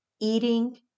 eating